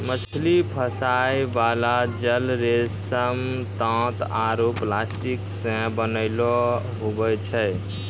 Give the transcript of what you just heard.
मछली फसाय बाला जाल रेशम, तात आरु प्लास्टिक से बनैलो हुवै छै